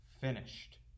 finished